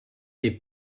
est